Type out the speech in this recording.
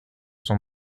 son